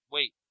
Wait